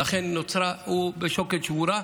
ולכן הוא ניצב בפני שוקת שבורה.